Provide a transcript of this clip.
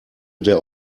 der